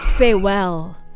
Farewell